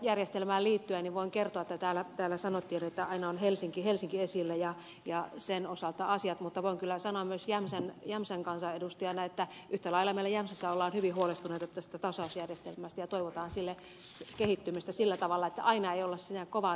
tasausjärjestelmään liittyen voin kertoa kun täällä sanottiin että aina on helsinki esillä ja sen osalta asiat kyllä myös jämsän kansanedustajana että yhtä lailla meillä jämsässä ollaan hyvin huolestuneita tästä tasausjärjestelmästä ja toivotaan sen kehittymistä sillä tavalla että aina ei olla siinä kovan kärsijän kohtalossa